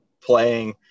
playing